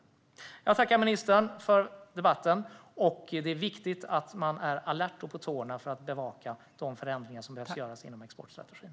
Svar på interpellationer Jag tackar ministern för debatten. Det är viktigt att man är alert och på tårna och bevakar de förändringar som behöver göras inom exportstrategin.